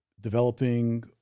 Developing